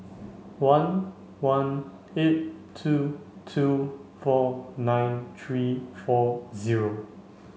one one eight two two four nine three four zero